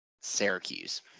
Syracuse